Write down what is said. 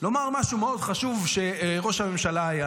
לומר משהו מאוד חשוב כשראש הממשלה היה.